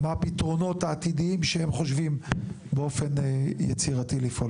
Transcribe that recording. מה הפתרונות העתידיים שהם חושבים באופן יצירתי לפעמים.